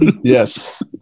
Yes